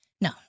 no